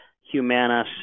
Humana